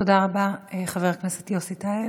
תודה רבה, חבר הכנסת יוסי טייב.